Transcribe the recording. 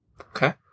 Okay